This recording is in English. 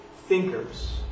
thinkers